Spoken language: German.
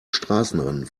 straßenrennen